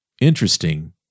Interesting